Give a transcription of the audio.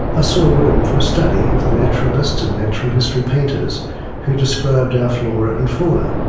ah saw room for a study of the naturalists and natural history painters who described our flora and fauna.